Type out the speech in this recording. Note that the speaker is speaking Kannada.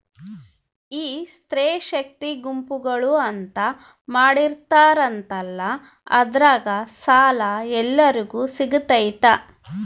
ಈ ಸ್ತ್ರೇ ಶಕ್ತಿ ಗುಂಪುಗಳು ಅಂತ ಮಾಡಿರ್ತಾರಂತಲ ಅದ್ರಾಗ ಸಾಲ ಎಲ್ಲರಿಗೂ ಸಿಗತೈತಾ?